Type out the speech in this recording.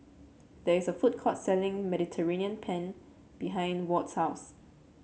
there is a food court selling Mediterranean Penne behind Ward's house